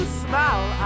smile